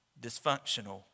dysfunctional